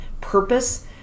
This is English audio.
purpose